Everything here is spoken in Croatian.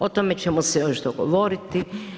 O tome ćemo se još dogovoriti.